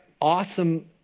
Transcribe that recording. awesome